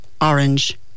orange